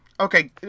Okay